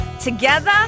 together